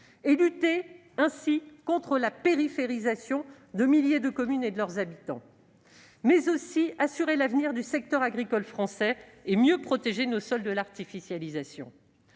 ; lutter ainsi contre la « périphérisation » de milliers de communes et de leurs habitants ; mais aussi assurer l'avenir du secteur agricole français et mieux protéger nos sols de l'artificialisation.